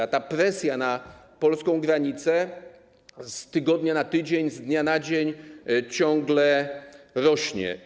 A ta presja na polską granicę z tygodnia na tydzień, z dnia na dzień ciągle rośnie.